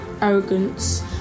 arrogance